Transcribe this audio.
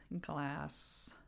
glass